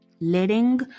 letting